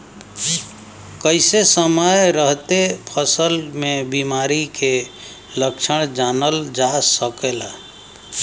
कइसे समय रहते फसल में बिमारी के लक्षण जानल जा सकेला?